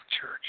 Church